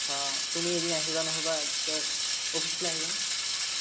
অঁ তুমি এদিন আহিবা ন'হলেবা কি কয় অফিচলে আহিবা